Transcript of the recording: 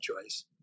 choice